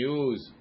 use